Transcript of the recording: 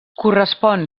correspon